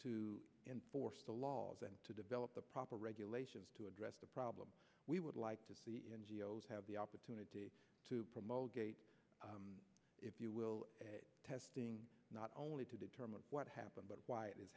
to enforce the laws and to develop the proper regulation to address the problem we would like to see n g o s have the opportunity to promote gate if you will testing not only to determine what happened but why it